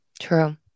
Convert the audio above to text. True